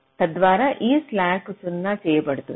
తద్వారా ఈ స్లాక్లు 0 చేయబడుతుంది